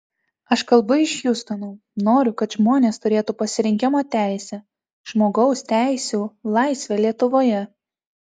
aš kalbu iš hjustono noriu kad žmonės turėtų pasirinkimo teisę žmogaus teisių laisvę lietuvoje